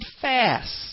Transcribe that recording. fast